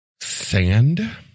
sand